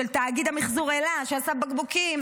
של תאגיד המחזור אלה שאסף בקבוקים,